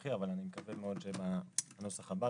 הנוכחי אבל אני מקווה מאוד שבנוסח הבא,